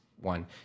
one